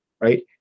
right